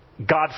God